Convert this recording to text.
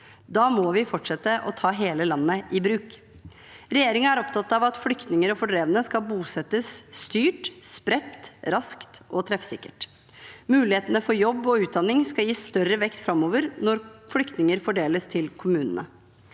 Da må vi fortsette å ta hele landet i bruk. Regjeringen er opptatt av at flyktninger og fordrevne skal bosettes styrt, spredt, raskt og treffsikkert. Mulighetene for jobb og utdanning skal gis større vekt framover når flyktninger fordeles til kommunene.